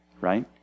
right